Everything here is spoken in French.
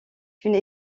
une